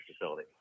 facility